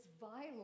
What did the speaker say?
violent